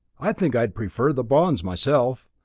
i think i'd prefer the bonds myself.